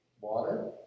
Water